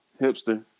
hipster